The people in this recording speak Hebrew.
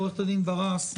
של עו"ד ברס.